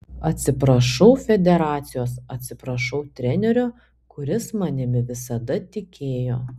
atsiprašau federacijos atsiprašau trenerio kuris manimi visada tikėjo